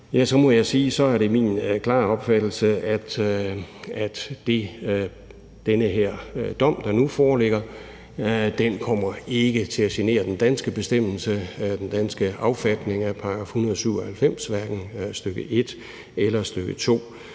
at det er min klare opfattelse, at den her dom, der nu foreligger, ikke kommer til at genere den danske bestemmelse, den danske affatning af § 197, hverken stk. 1 eller stk. 2.